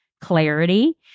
clarity